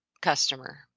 customer